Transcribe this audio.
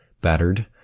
Battered